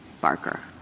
Barker